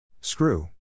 Screw